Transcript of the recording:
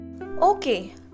Okay